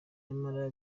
nyamara